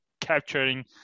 capturing